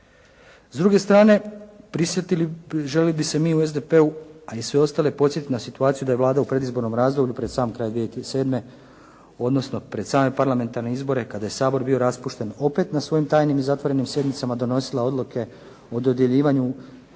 S druge strane prisjetili bi se mi u SDP-u a i sve ostale podsjetiti na situaciju da je Vlada u predizbornom razdoblju pred sam kraj 2007. odnosno, pred same parlamentarne izbore kada je Sabor bio raspušten opet na svojim tajnim i zatvorenim sjednicama donosila odluke o dodjeljivanju